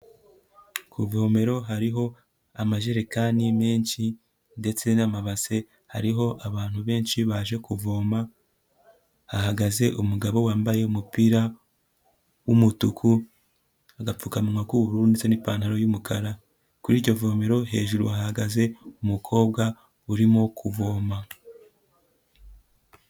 Ku ivomero hariho amajerekani menshi ndetse n'amabase hariho abantu benshi baje kuvoma, hahagaze umugabo wambaye umupira w'umutuku, agapfukamunwa k'ubururu ndetse n'ipantaro y'umukara, kuri iryo vomero hejuru hahagaze umukobwa urimo kuvoma.